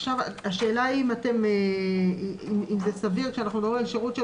עכשיו השאלה היא אם זה סביר כשאנחנו מדברים על שירות של